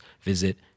visit